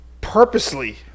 purposely